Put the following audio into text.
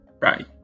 Right